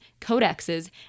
codexes